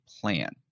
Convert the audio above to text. plan